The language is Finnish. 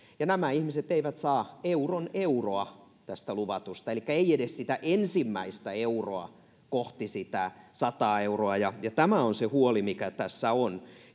saaville nämä ihmiset eivät saa euron euroa tästä luvatusta elikkä eivät edes sitä ensimmäistä euroa kohti sitä sataa euroa ja ja tämä on se huoli mikä tässä on